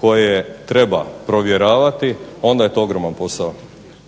koje treba provjeravati onda je to ogroman posao.